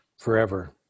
Forever